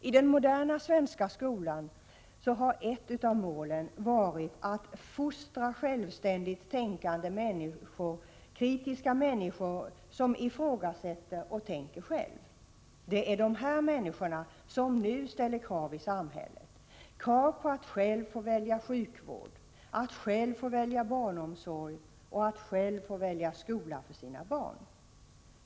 I den moderna svenska skolan har ett av målen varit att fostra självständigt tänkande människor, kritiska människor som ifrågasätter och tänker själva. Det är dessa människor som nu ställer krav i samhället, krav på att själva få välja sjukvård, att själva få välja barnomsorg och att själva få välja skola för sina barn.